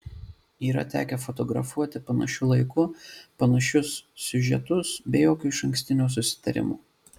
yra tekę fotografuoti panašiu laiku panašius siužetus be jokio išankstinio susitarimo